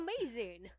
amazing